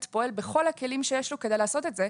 פועל בכל הכלים שיש לו כדי לעשות את זה,